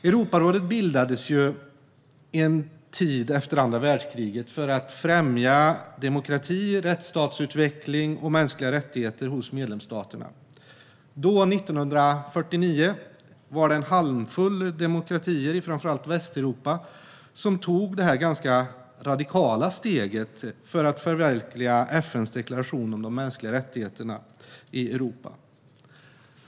Europarådet bildades en tid efter andra världskriget, för att främja demokrati, rättsstatsutveckling och mänskliga rättigheter hos medlemsstaterna. Då, 1949, var det en handfull demokratier i framför allt Västeuropa som tog detta ganska radikala steg för att förverkliga FN:s deklaration om de mänskliga rättigheterna i Europa.